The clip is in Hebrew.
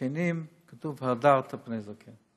לזקנים כתוב "והדרת פני זקן".